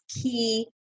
key